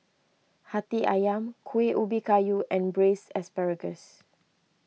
Hati Ayam Kuih Ubi Kayu and Braised Asparagus